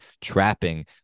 trapping